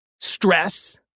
stress